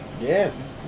Yes